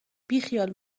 بیخیال